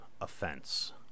offense